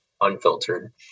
unfiltered